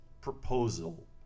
proposal